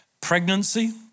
pregnancy